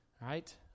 Right